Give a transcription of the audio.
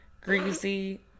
greasy